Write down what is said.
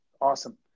Awesome